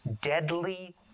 deadly